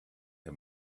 her